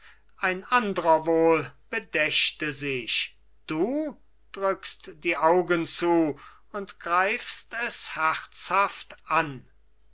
ein andrer wohl bedächte sich du drückst die augen zu und greifst es herzhaft an